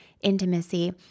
intimacy